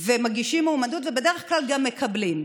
ומגישים מועמדות, ובדרך כלל גם מקבלים.